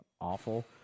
awful